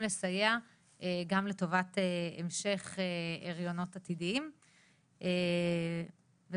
לסייע גם לטובת המשך הריונות עתידיים וזהו,